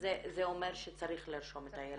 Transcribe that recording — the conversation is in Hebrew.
זה אומר שצריך לרשום את הילד הזה.